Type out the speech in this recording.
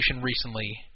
recently